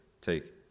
Take